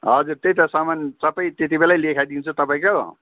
हजुर त्यही त सामान सबै त्यतिबेलै लेखाइदिन्छु तपाईँको